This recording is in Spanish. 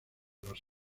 los